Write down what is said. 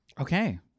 okay